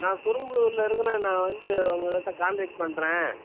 நான் குரும்புலூரில் இருக்கிறேன் நான் வந்து உங்ககிட்டே காண்டேக்ட் பண்ணுறேன்